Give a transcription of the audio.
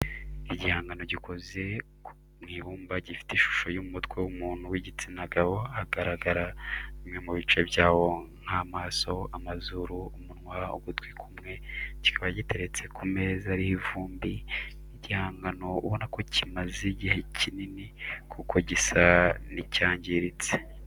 Igihangano gikoze mu ibumba gifite ishusho y'umutwe w'umuntu w'igitsina gabo hagaragara bimwe mu bice byawo nk'amaso, amazuru, umunwa, ugutwi kumwe kikaba giteretse ku meza ariho ivumbi, ni igihangano ubona ko kimaze igihe kinini kuko gisa n'icyangiritse.